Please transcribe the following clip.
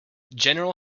general